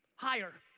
higher